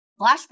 Flashback